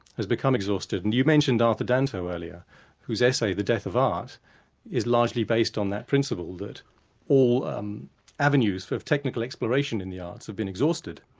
has become exhausted, and you mentioned arthur danto earlier whose essay, the death of art is largely based on that principle that all um avenues for technical exploration in the arts have been exhausted,